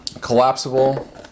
collapsible